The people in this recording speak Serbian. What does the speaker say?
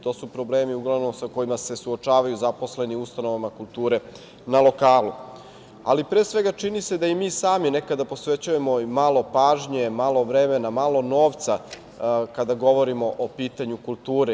To su problemi, uglavnom, sa kojima se suočavaju zaposleni u ustanovama kulture na lokalu, ali pre svega čini se da i mi sami nekada posvećujemo malo pažnje, malo vremena, malo novca kada govorimo o pitanju kulture.